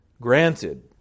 Granted